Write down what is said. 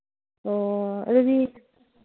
ꯑꯣ ꯑꯗꯨꯗꯤ